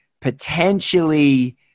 potentially